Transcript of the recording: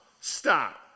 Stop